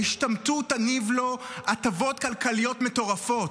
ההשתמטות תניב לו הטבות כלכליות מטורפות.